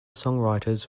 songwriters